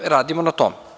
Radimo na tome.